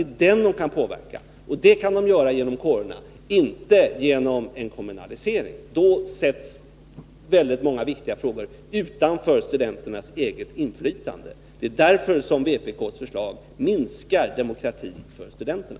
Och det kan de genom kårerna men inte genom en kommunalisering — då sätts många viktiga frågor utanför studenternas eget inflytande. Det är därför vpk:s förslag minskar demokratin för studenterna.